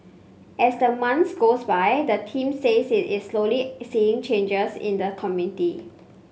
as the months goes by the team says it is slowly seeing changes in the community